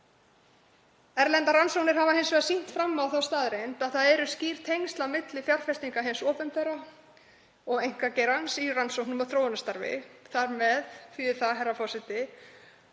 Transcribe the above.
Erlendar rannsóknir hafa hins vegar sýnt fram á þá staðreynd að það eru skýr tengsl á milli fjárfestinga hins opinbera og einkageirans í rannsóknum og þróunarstarfi. Það þýðir, herra forseti,